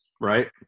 right